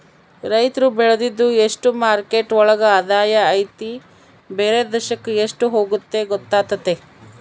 ರೈತ್ರು ಬೆಳ್ದಿದ್ದು ಎಷ್ಟು ಮಾರ್ಕೆಟ್ ಒಳಗ ಆದಾಯ ಐತಿ ಬೇರೆ ದೇಶಕ್ ಎಷ್ಟ್ ಹೋಗುತ್ತೆ ಗೊತ್ತಾತತೆ